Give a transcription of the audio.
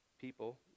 people